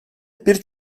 bir